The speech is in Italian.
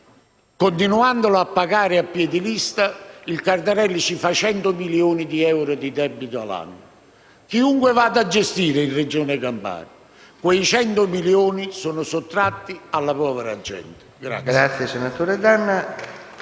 Continuando a pagarlo a piè di lista, il Cardarelli produce 100 milioni di euro di debito all'anno, chiunque vada a gestire la Regione Campania, e quei 100 milioni sono sottratti alla povera gente.